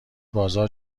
بازار